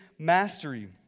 Mastery